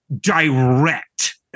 direct